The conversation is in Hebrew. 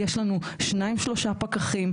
יש לנו שניים שלושה פקחים,